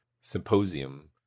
symposium